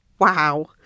Wow